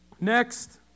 Next